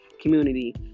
community